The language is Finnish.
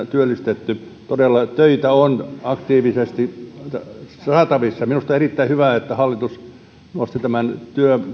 työllistetty todella töitä on aktiivisesti saatavissa minusta on erittäin hyvä että hallitus nosti tämän